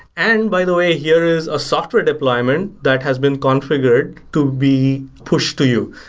and by the way, here is a software deployment that has been configured to be pushed to you,